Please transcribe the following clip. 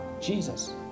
Jesus